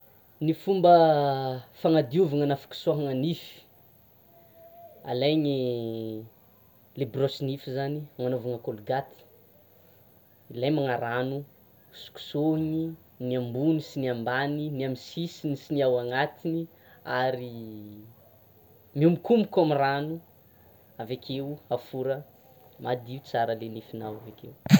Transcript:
Ny fomba fanadiovana na hikisôhana nify, alainy, le brosse nify zany hananaovana colgate lemagna rano, hosokosôhiny ny ambony sy ny ambany, ny amin'ny sisiny sy ny ao anatiny ary mihomokomoko amin'ny rano, avekeo, afora madio tsara le nifinao avekeo.